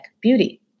beauty